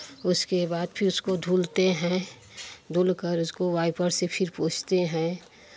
उसके बाद फिर उसको धुलते हैं धुल कर के उसको वाइपर से फिर पोछ्ते हैं